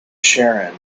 sharon